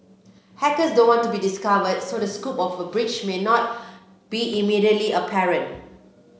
hackers don't want to be discovered so the scope of a breach may not be immediately apparent